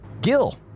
Gil